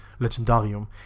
Legendarium